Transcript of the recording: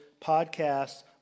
podcasts